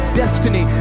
destiny